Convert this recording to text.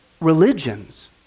religions